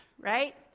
right